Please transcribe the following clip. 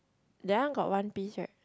that one got one piece right